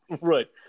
Right